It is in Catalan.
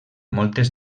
moltes